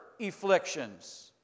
afflictions